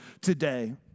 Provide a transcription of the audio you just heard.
today